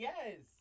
Yes